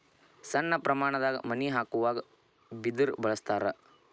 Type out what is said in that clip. ಸಣ್ಣ ಪ್ರಮಾಣದಾಗ ಮನಿ ಹಾಕುವಾಗ ಬಿದರ ಬಳಸ್ತಾರ